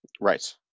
Right